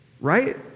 Right